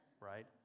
right